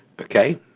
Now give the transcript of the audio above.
Okay